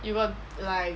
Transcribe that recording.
you got like